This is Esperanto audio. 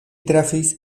trafis